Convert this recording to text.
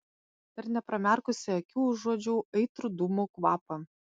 dar nepramerkusi akių užuodžiau aitrų dūmų kvapą